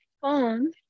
phone